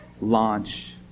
launch